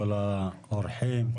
כל האורחים,